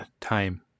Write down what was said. time